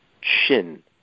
Shin